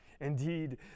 Indeed